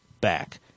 back